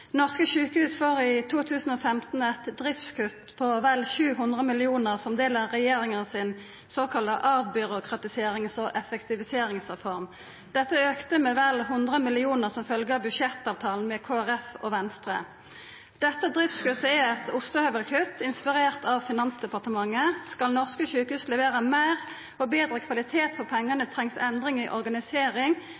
i 2015 eit driftskutt på vel 700 mill. kr som del i den såkalla avbyråkratiserings- og effektiviseringsreforma til regjeringa. Dette auka med vel 100 mill. kr som følgje av budsjettavtalen med Kristeleg Folkeparti og Venstre. Dette driftskuttet er eit ostehøvelkutt inspirert av Finansdepartementet. Skal norske sjukehus levera meir og betre kvalitet for pengane,